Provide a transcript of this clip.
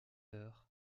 heures